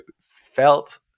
felt